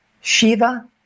Shiva